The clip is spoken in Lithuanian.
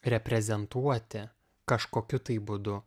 reprezentuoti kažkokiu būdu